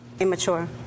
immature